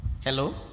Hello